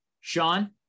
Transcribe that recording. Sean